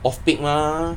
off peak mah